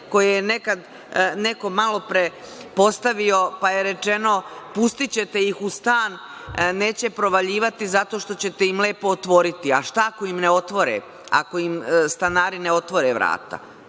koje je neko malo pre postavio pa je rečeno – pustićete ih u stan, neće provaljivati zato što ćete im lepo otvoriti, a šta ako im ne otvore, ako im stanari ne otvore vrata,